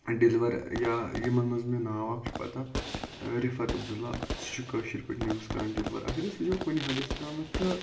deliver یا یِمَن مَنٛز مےٚ ناو اکھ چھ پَتہ رِفَت عبدُاللہ سُہ چھُ کٲشٕر پٲٹھۍ نِوٕز کَران ڈیلوَر اَگَر أسۍ وٕچھو کُنہِ حَدَس تامَتھ تہٕ